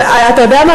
אתה יודע מה,